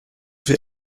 viel